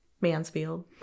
Mansfield